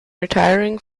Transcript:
retiring